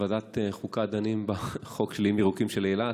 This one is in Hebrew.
בוועדת חוקה דנים בחוק איים ירוקים של אילת,